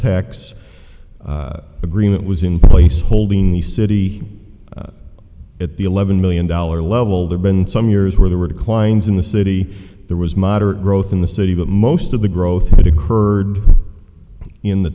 tax agreement was in place holding the city at the eleven million dollar level there been some years where there were declines in the city there was moderate growth in the city but most of the growth had occurred in the